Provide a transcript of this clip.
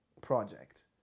project